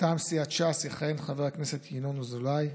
מטעם סיעת ש"ס יכהן חבר הכנסת ינון אזולאי,